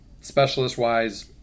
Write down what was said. Specialist-wise